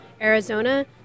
Arizona